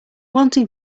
wanting